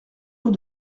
rue